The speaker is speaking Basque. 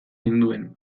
ninduen